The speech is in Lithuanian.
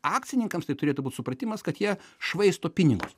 akcininkams tai turėtų būt supratimas kad jie švaisto pinigus